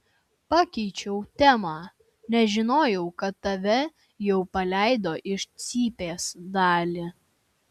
pakeičiau temą nežinojau kad tave jau paleido iš cypės dali